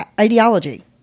ideology